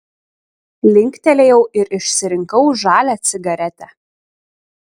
linktelėjau ir išsirinkau žalią cigaretę